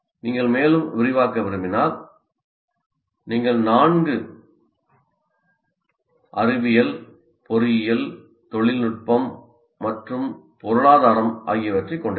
நீங்கள் மேலும் விரிவாக்க விரும்பினால் நீங்கள் நான்கு அறிவியல் பொறியியல் தொழில்நுட்பம் மற்றும் பொருளாதாரம் ஆகியவற்றைக் கொண்டிருக்கலாம்